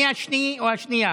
מי השני או השנייה?